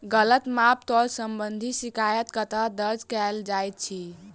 गलत माप तोल संबंधी शिकायत कतह दर्ज कैल जाइत अछि?